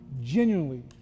genuinely